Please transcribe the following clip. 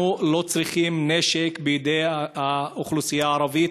אנחנו לא צריכים נשק בידי האוכלוסייה הערבית.